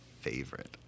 favorite